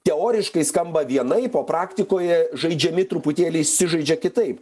teoriškai skamba vienaip o praktikoje žaidžiami truputėlį įsižaidžia kitaip